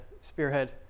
spearhead